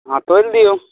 हँ तोलि दिऔ